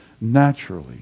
naturally